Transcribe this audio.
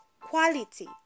quality